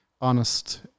honest